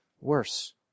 worse